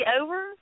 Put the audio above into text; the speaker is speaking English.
over